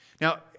Now